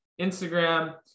instagram